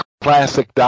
classic